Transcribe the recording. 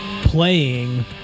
playing